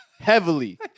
Heavily